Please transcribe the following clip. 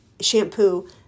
shampoo